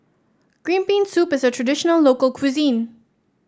Green Bean Soup is a traditional local cuisine